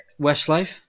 Westlife